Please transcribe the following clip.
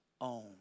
own